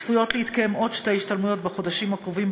וצפויות עוד שתי השתלמויות בחודשים הקרובים,